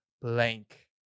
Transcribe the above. blank